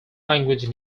language